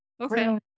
okay